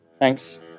Thanks